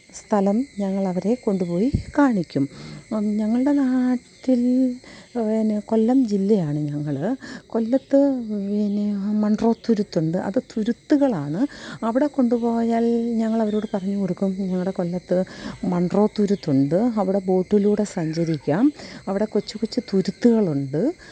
സ്ഥലം ഞങ്ങളവരെ കൊണ്ടുപോയി കാണിക്കും ഞങ്ങളുടെ നാട്ടില് പിന്നെ കൊല്ലം ജില്ലയാണ് ഞങ്ങൾ കൊല്ലത്ത് പിന്നെ ആ മണ്രോത്തുരുത്തുണ്ട് അത് തുരുത്തുകളാണ് അവിടെ കൊണ്ടുപോയാല് ഞങ്ങളവരോട് പറഞ്ഞു കൊടുക്കും ഞങ്ങളുടെ കൊല്ലത്ത് മണ്രോത്തുരുത്തുണ്ട് അവിടെ ബോട്ടിലൂടെ സഞ്ചരിക്കാം അവിടെ കൊച്ചു കൊച്ചു തുരുത്തുകളുണ്ട്